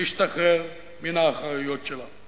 להשתחרר מן האחריות שלה.